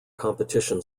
competition